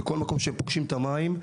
בכל מקום שהם פוגשים את המים,